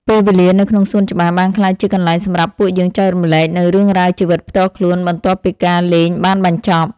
ពេលវេលានៅក្នុងសួនច្បារបានក្លាយជាកន្លែងសម្រាប់ពួកយើងចែករំលែកនូវរឿងរ៉ាវជីវិតផ្ទាល់ខ្លួនបន្ទាប់ពីការលេងបានបញ្ចប់។